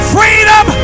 Freedom